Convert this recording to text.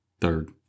Third